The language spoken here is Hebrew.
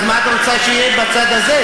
מה את רוצה שיהיה בצד הזה?